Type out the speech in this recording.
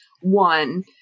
one